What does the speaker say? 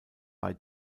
bei